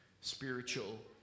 spiritual